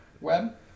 web